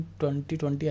2020